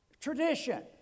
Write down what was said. Tradition